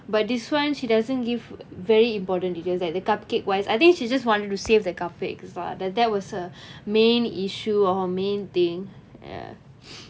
but this one she doesn't give very important details like the cupcake wise I think she just wanted to save the cupcakes lah that was her main issue or main thing ya